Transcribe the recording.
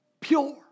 pure